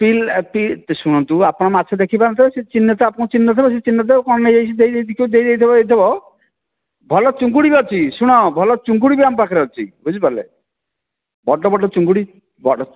ପିଲା ଶୁଣନ୍ତୁ ଆପଣ ମାଛ ଦେଖି ପାରୁନଥିବେ ସେ ଚିହ୍ନି ନଥିବ ଆପଣ ଚିହ୍ନି ନଥିବେ ସେ ଚିହ୍ନି ନଥିବ କଣ ନେଇଆସି ଦେଇ ଦେଇଥିବ ହେଇଥିବ ଭଲ ଚିଙ୍ଗୁଡ଼ି ବି ଅଛି ଶୁଣ ଭଲ ଚିଙ୍ଗୁଡ଼ି ବି ଆମ ପାଖରେ ଅଛି ବୁଝିପାରିଲେ ବଡ଼ ବଡ଼ ଚିଙ୍ଗୁଡ଼ି ବଡ଼